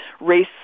race